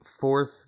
fourth